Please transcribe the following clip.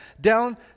down